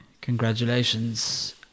congratulations